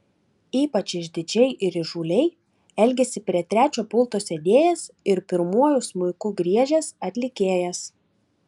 ypač išdidžiai ir įžūliai elgėsi prie trečio pulto sėdėjęs ir pirmuoju smuiku griežęs atlikėjas